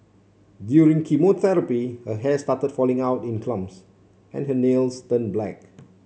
during chemotherapy her hair started falling out in clumps and her nails turned black